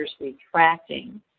retracting